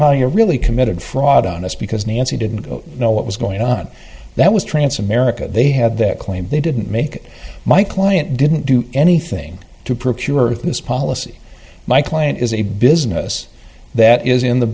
well you're really committed fraud on us because nancy didn't know what was going on that was transamerica they had that claim they didn't make my client didn't do anything to procure this policy my client is a business that is in the